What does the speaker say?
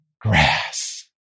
grass